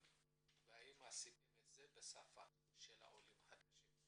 והאם עשיתם את זה בשפה של העולים החדשים,